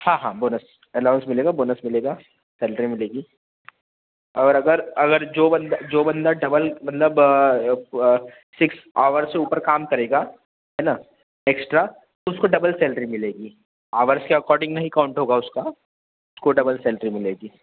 हाँ हाँ bonus allowance मिलेगा बोनस मिलेगा सैलरी मिलेगी और अगर अगर जो बन्दा जो बन्दा डबल मतलब सिक्स ऑवर से ऊपर काम करेगा है ना एक्स्ट्रा उसको डबल सैलरी मिलेगी ऑवर्स के अकार्डिंग नहीं काउंट होगा उसका उसको डबल सैलरी मिलेगी